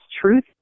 truth